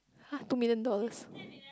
!huh! two million dollars